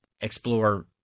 explore